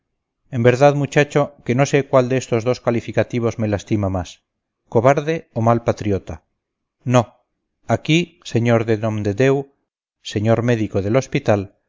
en verdad muchacho que no sé cuál de estos dos calificativos me lastima más cobarde o mal patriota no aquí sr de nomdedeu señor médico del hospital